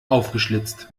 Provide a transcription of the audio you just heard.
aufgeschlitzt